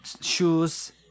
Shoes